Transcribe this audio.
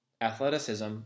athleticism